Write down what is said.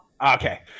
Okay